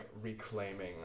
reclaiming